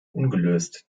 ungelöst